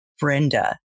Brenda